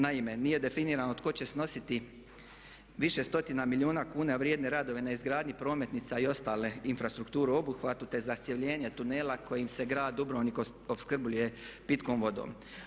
Naime, nije definirano tko će snositi više stotina milijuna kuna vrijedne radove na izgradnji prometnica i ostale, infrastrukturu i obuhvatu, te zacjevljenje tunela kojim se grad Dubrovnik opskrbljuje pitkom vodom.